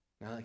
Now